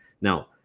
Now